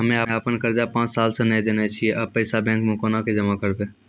हम्मे आपन कर्जा पांच साल से न देने छी अब पैसा बैंक मे कोना के जमा करबै?